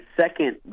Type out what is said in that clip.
second